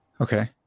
Okay